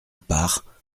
part